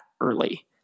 early